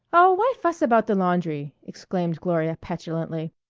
oh, why fuss about the laundry? exclaimed gloria petulantly,